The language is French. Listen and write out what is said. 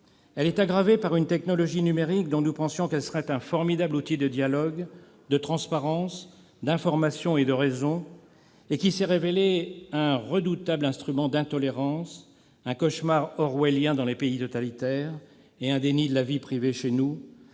Elle est aggravée par une technologie numérique dont nous pensions qu'elle serait un formidable outil de dialogue, de transparence, d'information et de raison et qui s'est révélée un redoutable instrument d'intolérance, un cauchemar orwellien dans les pays totalitaires et un déni de la vie privée chez nous,